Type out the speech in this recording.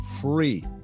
free